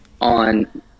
on